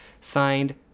Signed